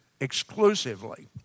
exclusively